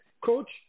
coach